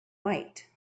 white